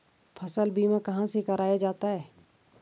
फसल बीमा कहाँ से कराया जाता है?